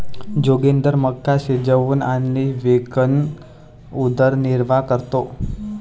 जोगिंदर मका शिजवून आणि विकून उदरनिर्वाह करतो